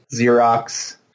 Xerox